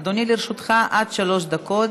אדוני, לרשותך עד שלוש דקות